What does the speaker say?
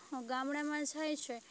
ગામડામાં જાય છે